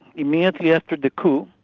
immediately after the coup,